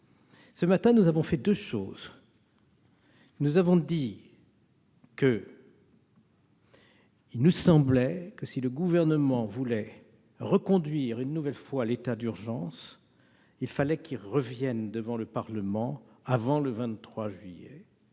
Ce matin, nous avons fait deux choses. D'abord, nous avons considéré que, si le Gouvernement voulait reconduire une nouvelle fois l'état d'urgence, il faudrait qu'il revienne devant le Parlement avant le 23 juillet